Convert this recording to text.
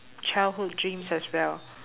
childhood dreams as well